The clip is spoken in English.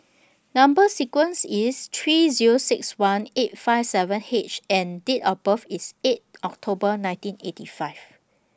Number sequence IS three Zero six one eight five seven H and Date of birth IS eight October nineteen eighty five